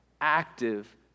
active